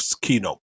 keynote